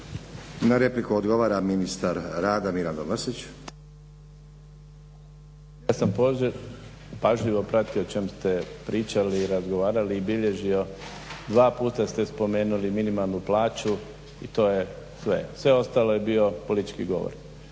Na repliku odgovara ministar rada Mirando Mrsić. **Mrsić, Mirando (SDP)** Ja sam pažljivo pratio o čemu ste pričali i razgovarali i bilježio, dva puta ste spomenuli minimalnu plaću i to je sve. Sve ostalo je bio politički govor.